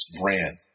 brand